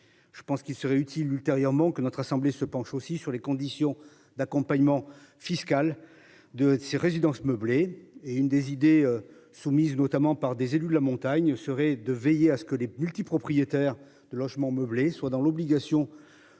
Je pense qu'il serait utile ultérieurement que notre assemblée se penche aussi sur les conditions d'accompagnement fiscal de ces résidences meublées et une des idées soumises notamment par des élus de la montagne serait de veiller à ce que les multipropriétaires de logements meublés soient dans l'obligation